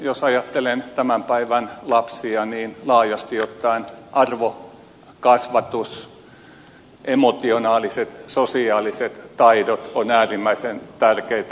jos ajattelen tämän päivän lapsia niin laajasti ottaen arvokasvatus emotionaaliset sosiaaliset taidot ovat äärimmäisen tärkeitä